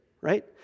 right